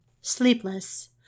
Sleepless